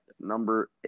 number